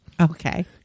Okay